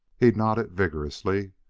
he nodded vigorously,